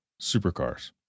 supercars